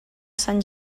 sant